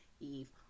Eve